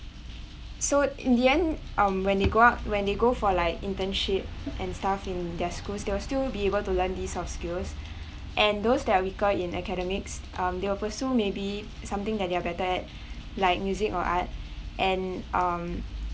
so in the end um when they grow up when they go for like internship and stuff in their schools they will still be able to learn these soft skills and those that are weaker in academics um they will pursue maybe something that they are better at like music or art and um